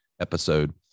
episode